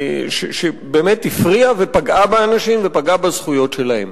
שבאמת הפריעה ופגעה באנשים ופגעה בזכויות שלהם.